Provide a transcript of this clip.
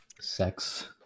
sex